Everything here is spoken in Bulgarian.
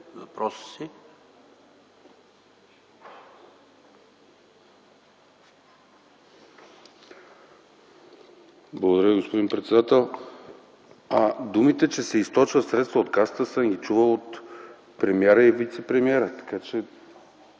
Благодаря, господин председател. Думите, че се източват средства от Касата, съм ги чувал от премиера и вицепремиера. Така, че